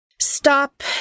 stop